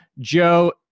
joe